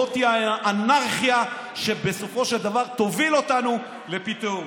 זאת האנרכיה שבסופו של דבר תוביל אותנו לפי תהום.